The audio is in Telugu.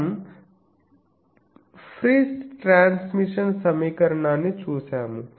మనం ఫ్రైస్ ట్రాన్స్మిషన్ సమీకరణాన్ని చూశాము